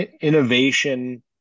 innovation